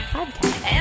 Podcast